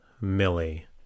Millie